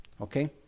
Okay